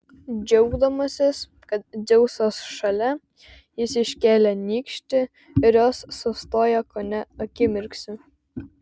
džiaugdamasis kad dzeusas šalia jis iškėlė nykštį ir jos sustojo kone akimirksniu